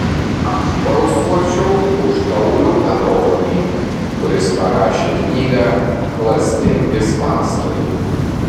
aš balsuočiau už paulių petronį kuris parašė knygą klastingi spąstai